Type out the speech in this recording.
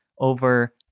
over